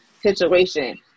Situation